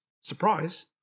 Surprise